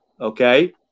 Okay